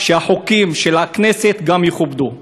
שהחוקים של הכנסת יכובדו.